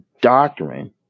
doctrine